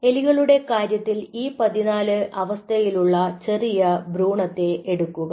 എലികളുടെ കാര്യത്തിൽ E14 അവസ്ഥയിലുള്ള ചെറിയ ഭ്രൂണത്തെ എടുക്കുക